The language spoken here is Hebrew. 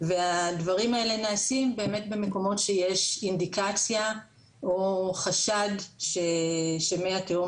הדברים האלה נעשים באמת במקומות שיש אינדיקציה או חשד שמי התהום